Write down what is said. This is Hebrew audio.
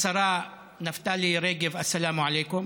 השרה נפתלי רגב "סלאם עליכום"